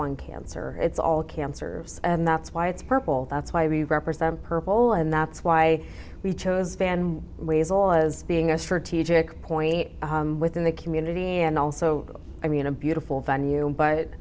one cancer it's all cancer and that's why it's purple that's why we represent purple and that's why we chose fand ways all as being a strategic point within the community and also i mean a beautiful venue but